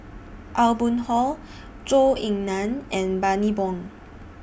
Aw Boon Haw Zhou Ying NAN and Bani Buang